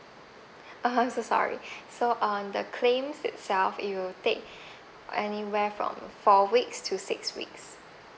uh so sorry so on the claims itself it will take anywhere from four weeks to six weeks